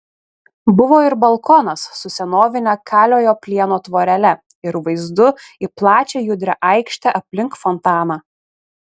buvo ir balkonas su senovine kaliojo plieno tvorele ir vaizdu į plačią judrią aikštę aplink fontaną